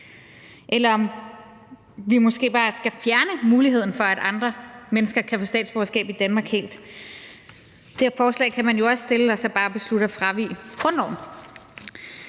eller om vi måske bare helt skal fjerne muligheden for, at andre mennesker kan få statsborgerskab i Danmark. Det forslag kan man jo også stille og så bare beslutte at fravige grundloven.